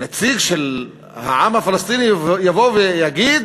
שנציג של העם הפלסטיני יבוא ויגיד: